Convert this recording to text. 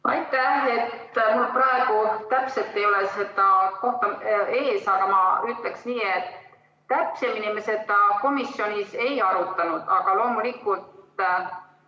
Aitäh! Mul praegu täpselt ei ole seda ees, aga ma ütlen nii, et täpsemini me seda komisjonis ei arutanud. Aga loomulikult,